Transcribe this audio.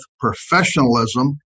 professionalism